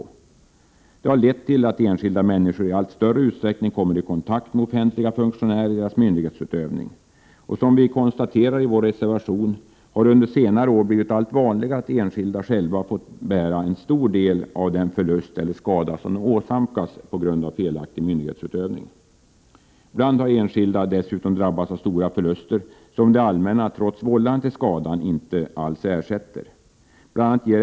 Detta har lett till att enskilda människor i allt större utsträckning kommer i kontakt med offentliga funktionärer i deras myndighetsutövning. Som vi konstaterar i vår reservation har det under senare år blivit allt vanligare att enskilda själva får bära en stor del av den förlust eller skada som de åsamkats på grund av felaktig myndighetsutövning. Ibland har enskilda dessutom drabbats av stora förluster som det allmänna, trots vållande till skadan, inte alls ersätter.